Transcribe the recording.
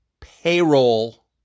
payroll